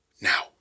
Now